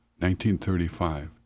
1935